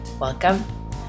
Welcome